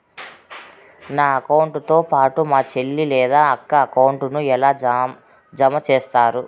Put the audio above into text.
నా అకౌంట్ తో పాటు మా చెల్లి లేదా అక్క అకౌంట్ ను ఎలా జామ సేస్తారు?